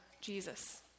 Jesus